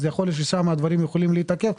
אז יכול להיות ששם הדברים יכולים להתעכב.